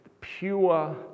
pure